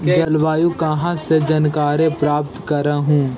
जलवायु कहा से जानकारी प्राप्त करहू?